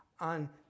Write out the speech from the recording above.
on